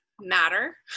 matter